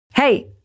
Hey